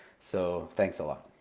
so thanks a lot.